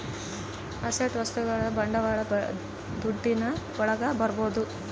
asset ವಸ್ತುಗಳನ್ನ ಬಂಡವಾಳ ದುಡ್ಡಿನ ಒಳಗ ತರ್ಬೋದು